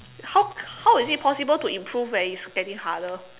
how how is it possible to improve when it's getting harder